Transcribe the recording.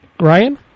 Ryan